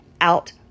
out